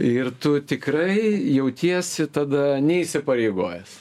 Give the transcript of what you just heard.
ir tu tikrai jautiesi tada neįsipareigojęs